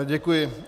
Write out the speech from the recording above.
Děkuji.